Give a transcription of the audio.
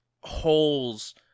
holes